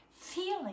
feeling